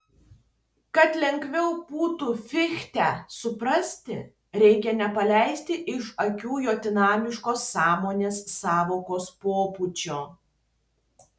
kad lengviau būtų fichtę suprasti reikia nepaleisti iš akių jo dinamiško sąmonės sąvokos pobūdžio